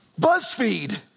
BuzzFeed